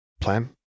Plan